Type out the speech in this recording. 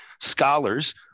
scholars